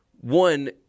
one